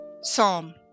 Psalm